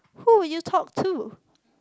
who would you talk to